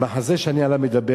המחזה שאני מדבר עליו,